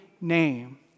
name